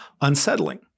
unsettling